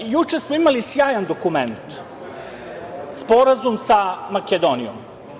Juče smo imali sjajan dokument, sporazum sa Makedonijom.